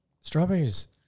strawberries